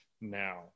now